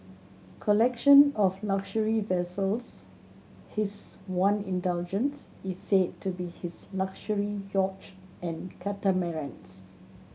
collection of luxury vessels his one indulgence is said to be his luxury yachts and catamarans